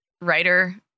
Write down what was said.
writer